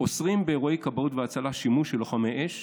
אוסרים באירועי כבאות והצלה שימוש של לוחמי אש